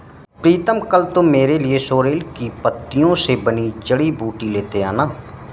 प्रीतम कल तू मेरे लिए सोरेल की पत्तियों से बनी जड़ी बूटी लेते आना